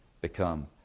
become